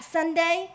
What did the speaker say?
Sunday